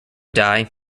dye